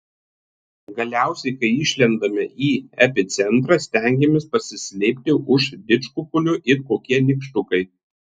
galiausiai kai išlendame į epicentrą stengiamės pasislėpti už didžkukulio it kokie nykštukai